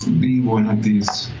be one of these,